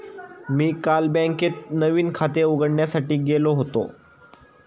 मी काल बँकेत नवीन खाते उघडण्यासाठी गेलो होतो